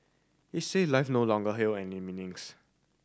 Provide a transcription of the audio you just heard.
he said life no longer held any meanings